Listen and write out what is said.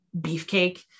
beefcake